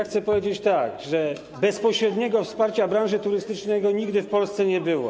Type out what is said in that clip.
Chcę powiedzieć, że bezpośredniego wsparcia branży turystycznej nigdy w Polsce nie było.